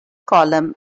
column